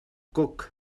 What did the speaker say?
coc